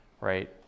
Right